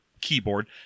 keyboard